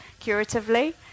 curatively